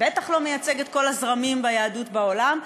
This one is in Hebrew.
ובטח לא מייצג את כל הזרמים ביהדות בעולם,